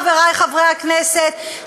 חברי חברי הכנסת,